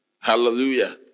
hallelujah